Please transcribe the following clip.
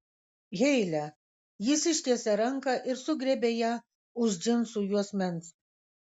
heile jis ištiesė ranką ir sugriebė ją už džinsų juosmens